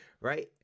right